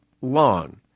long